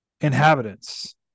inhabitants